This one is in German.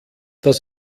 das